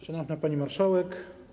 Szanowna Pani Marszałek!